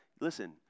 Listen